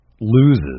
loses